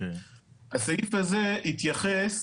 הסעיף הזה התייחס